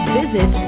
visit